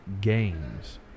games